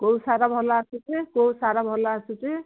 କୋଉ ସାର ଭଲ ଆସୁଛି କୋଉ ସାର ଭଲ ଆସୁଛି